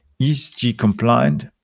ESG-compliant